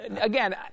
Again